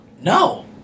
No